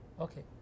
Okay